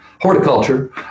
Horticulture